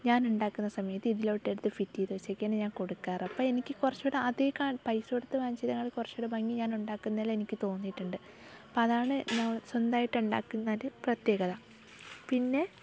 ഞാനുണ്ടാക്കുന്ന സമയത്ത് ഇതിലോട്ടെടുത്ത് ഫിറ്റ് ചെയ്തുവെച്ചൊക്കെയാണ് ഞാൻ കൊടുക്കാറ് അപ്പോൾ എനിക്ക് കുറച്ചുകൂടെ അതേക്കാ പൈസ കൊടുത്ത് വാങ്ങിച്ചതിനെക്കാൾ കുറച്ചുകൂടെ ഭംഗി ഞാനൊണ്ടാക്കുന്നതിന് എനിക്ക് തോന്നിയിട്ടുണ്ട് അപ്പം അതാണ് സ്വന്തമായിട്ടുണ്ടാക്കുന്നൊരു പ്രത്യേകത പിന്നെ